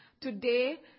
Today